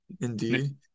Indeed